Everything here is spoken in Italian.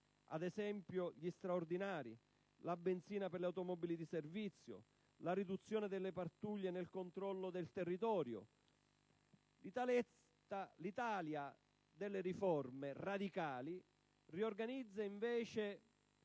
ad esempio gli straordinari, la benzina per le automobili di servizio, un numero adeguato di pattuglie nel controllo del territorio. L'Italia delle riforme radicali riorganizza invece